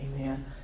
Amen